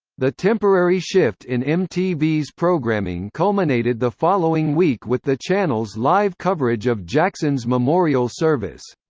the temporary shift in mtv's programming culminated the following week with the channel's live coverage of jackson's memorial service.